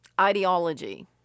ideology